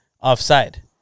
offside